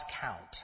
count